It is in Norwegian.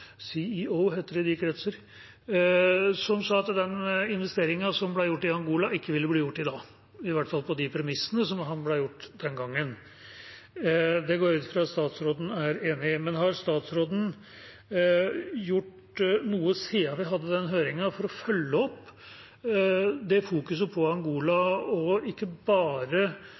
i de kretser, at den investeringen som ble gjort i Angola, ikke ville blitt gjort i dag, i hvert fall ikke på de premissene som han ble gitt den gangen. Det går jeg ut fra at statsråden er enig i. Men har statsråden gjort noe siden vi hadde den høringen for å følge opp det fokuset på Angola, og ikke bare